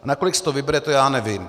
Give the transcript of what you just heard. Nakolik z toho vyberete, já nevím.